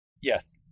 Yes